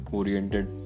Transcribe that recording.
oriented